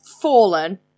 fallen